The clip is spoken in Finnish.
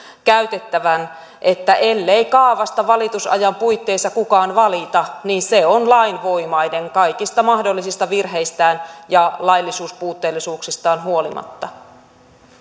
käytettävän että ellei kaavasta valitusajan puitteissa kukaan valita niin se on lainvoimainen kaikista mahdollisista virheistään ja laillisuuspuutteellisuuksistaan huolimatta